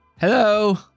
Hello